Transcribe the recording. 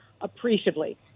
appreciably